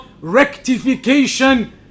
rectification